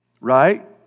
Right